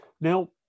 Now